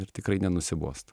ir tikrai nenusibost